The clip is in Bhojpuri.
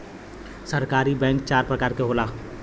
सहकारी बैंक चार परकार के होला